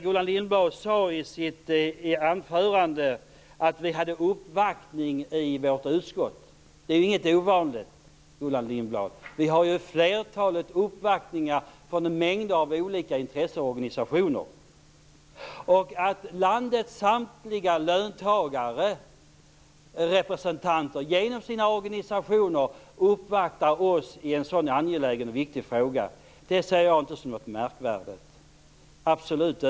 Gullan Lindblad sade i sitt anförande att det skedde uppvaktningar i vårt utskott. Det är inget ovanligt, Gullan Lindblad. Vi får ett flertal uppvaktningar från mängder av intresseorganisationer. Att landets samtliga löntagarrepresentanter genom sina organisationer uppvaktar oss i en sådan angelägen och viktig fråga ser jag absolut inte som något märkvärdigt.